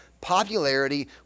popularity